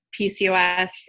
PCOS